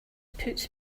puts